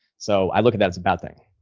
so i look at that as a bad thing.